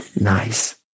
Nice